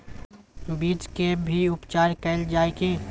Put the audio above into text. बीज के भी उपचार कैल जाय की?